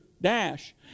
dash